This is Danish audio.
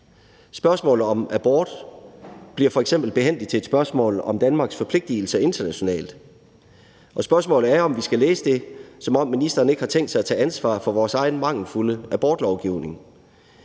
Spørgsmålet om abort bliver f.eks. behændigt til et spørgsmål om Danmarks forpligtigelser internationalt, og spørgsmålet er, om vi skal læse det, som om ministeren ikke har tænkt sig at tage ansvar for vores egen mangelfulde abortlovgivning.